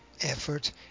Effort